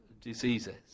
diseases